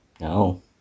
No